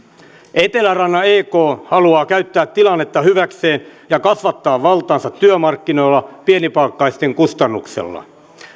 etelärannan ek haluaa käyttää tilannetta hyväkseen ja kasvattaa valtaansa työmarkkinoilla pienipalkkaisten kustannuksella